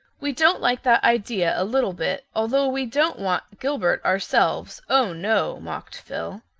we don't like that idea a little bit, although we don't want gilbert ourselves, oh, no, mocked phil.